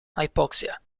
hypoxia